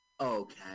Okay